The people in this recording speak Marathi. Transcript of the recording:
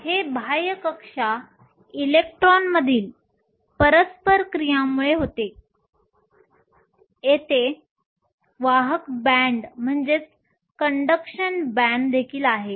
हे बाह्य कक्षा इलेक्ट्रॉनमधील परस्पर क्रियामुळे होते तेथे वाहक बँड देखील आहे